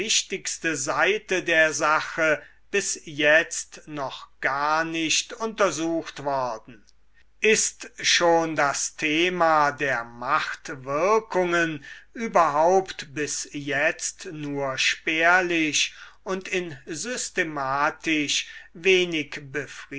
seite der sache bis jetzt noch gar nicht untersucht worden ist schon das thema der machtwirkungen überhaupt bis jetzt nur spärlich und in systematisch wenig